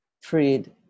freed